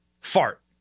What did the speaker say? fart